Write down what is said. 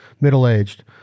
middle-aged